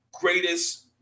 greatest